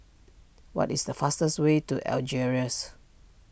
what is the fastest way to Algiers